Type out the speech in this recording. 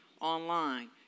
online